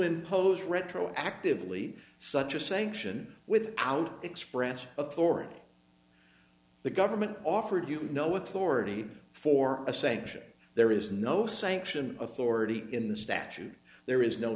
impose retroactively such a sanction without express authority the government offered you know with already for a sanction there is no sanction authority in the statute there is no